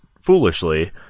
foolishly